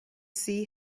see